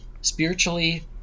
spiritually